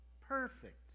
Perfect